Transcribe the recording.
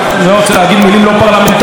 איוולת מדינית-ביטחונית.